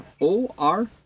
O-R